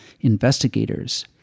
investigators